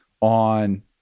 on